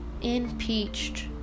impeached